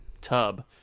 tub